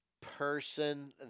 person